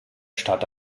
stadt